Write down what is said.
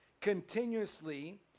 continuously